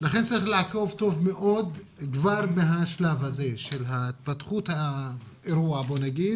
לכן צריך לעקוב טוב מאוד כבר מהשלב הזה של התפתחות האירוע כי,